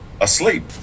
asleep